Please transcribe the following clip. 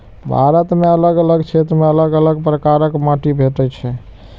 भारत मे अलग अलग क्षेत्र मे अलग अलग प्रकारक माटि भेटै छै